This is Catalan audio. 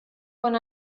quan